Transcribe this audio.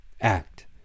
act